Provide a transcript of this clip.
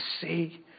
see